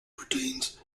routines